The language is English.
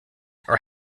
are